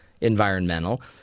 environmental